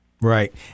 Right